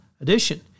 edition